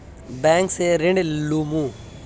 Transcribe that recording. Bank से ऋण लुमू?